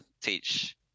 teach